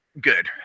good